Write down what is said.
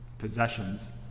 possessions